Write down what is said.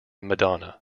madonna